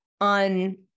on